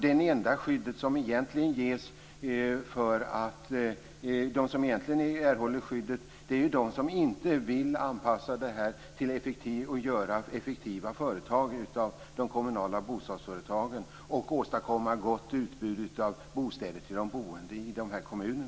De som egentligen erhåller skydd är de som inte vill anpassa de kommunala bostadsföretagen så att de blir effektiva företag och de som inte vill åstadkomma ett gott utbud av bostäder till de boende i dessa kommuner.